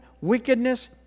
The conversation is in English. wickedness